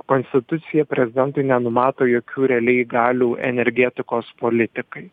konstitucija prezidentui nenumato jokių realiai galių energetikos politikai